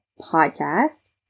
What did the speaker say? podcast